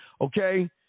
okay